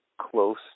close